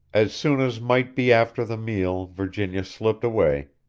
as soon as might be after the meal virginia slipped away,